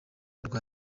rwa